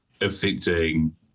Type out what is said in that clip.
affecting